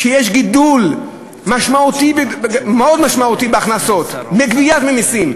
שיש גידול מאוד משמעותי בהכנסות מגבייה של מסים,